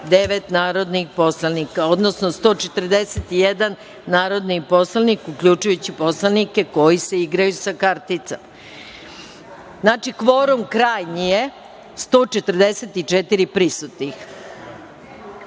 139 narodnih poslanika, odnosno 141 narodni poslanik, uključujući poslanike koji se igraju sa karticama. Znači krajnji kvorum